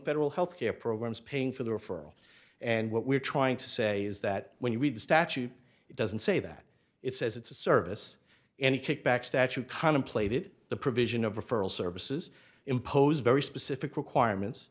federal health care programs paying for the referral and what we're trying to say is that when you read the statute it doesn't say that it says it's a service and kickback statute contemplated the provision of referral services impose very specific requirements